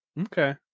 Okay